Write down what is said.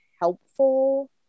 helpful